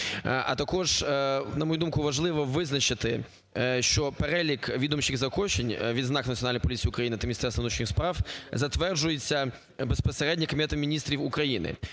А також, на мою думку, важливо визначити, що перелік відомчих заохочень, відзнак Національної поліції України та Міністерства внутрішніх справ затверджується безпосередньо Кабінетом Міністрів України.